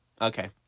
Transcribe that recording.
okay